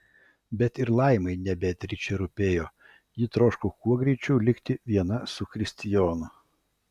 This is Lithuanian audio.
bet ir laimai ne beatričė rūpėjo ji troško kuo greičiau likti viena su kristijonu